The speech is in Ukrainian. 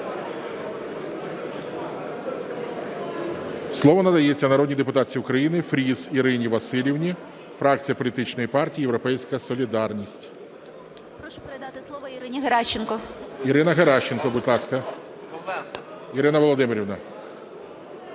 Слово надається народній депутатці України Фріз Ірині Василівні, фракція політичної партії "Європейська солідарність". 13:59:26 ФРІЗ І.В. Прошу передати слово Ірині Геращенко. ГОЛОВУЮЧИЙ. Ірина Геращенко, будь ласка. Ірина Володимирівна,